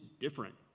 different